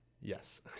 Yes